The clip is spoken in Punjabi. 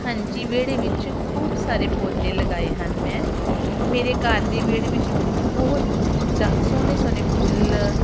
ਹਾਂਜੀ ਵਿਹੜੇ ਵਿੱਚ ਖੂਬ ਸਾਰੇ ਪੌਦੇ ਲਗਾਏ ਹਨ ਮੈਂ ਮੇਰੇ ਘਰ ਦੇ ਵਿਹੜੇ ਵਿੱਚ ਬਹੁਤ ਸੋਹਣੇ ਸੋਹਣੇ ਫੁੱਲ